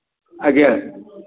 ଆଜ୍ଞା